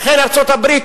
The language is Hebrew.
לכן ארצות-הברית,